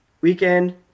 weekend